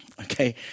okay